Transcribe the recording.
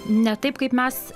ne taip kaip mes